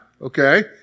okay